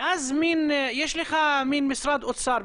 ואז יש לך מין משרד אוצר,